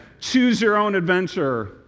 choose-your-own-adventure